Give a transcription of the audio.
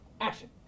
action